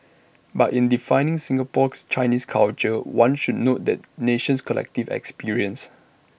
but in defining Singapore's Chinese culture one should note the nation's collective experience